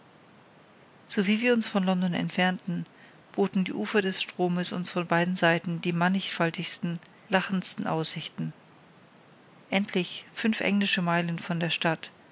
sowie wir uns von london entfernten boten die ufer des stromes uns von beiden seiten die mannigfaltigsten lachendsten aussichten endlich fünf englische meilen von der stadt